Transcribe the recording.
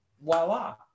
voila